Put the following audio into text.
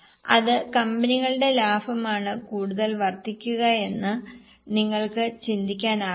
ഏത് കമ്പനികളുടെ ലാഭമാണ് കൂടുതൽ വർദ്ധിക്കുകയെന്ന് നിങ്ങൾക്ക് ചിന്തിക്കാനാകുമോ